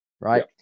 right